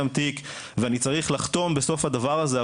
תיק ואני צריך לחתום בסוף הדבר הזה,